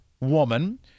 woman